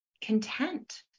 content